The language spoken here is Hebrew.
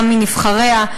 גם מנבחריה,